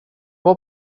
var